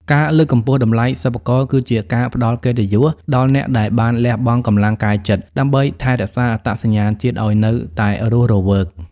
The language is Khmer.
ការលើកកម្ពស់តម្លៃសិប្បករគឺជាការផ្ដល់កិត្តិយសដល់អ្នកដែលបានលះបង់កម្លាំងកាយចិត្ត ដើម្បីថែរក្សាអត្តសញ្ញាណជាតិឱ្យនៅតែរស់រវើក។